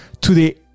Today